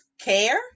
care